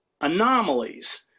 anomalies